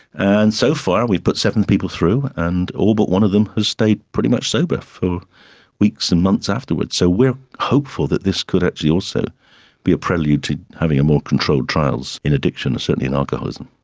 and so far we've put seven people through and all but one of them has stayed pretty much sober for weeks and months afterwards. so we are hopeful that this could actually also be a prelude to having more controlled trials in addiction, certainly in alcoholism.